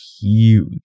huge